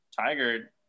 tiger